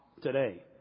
today